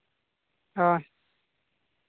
ᱦᱮᱸ